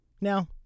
Now